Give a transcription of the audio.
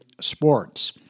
Sports